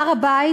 הר-הבית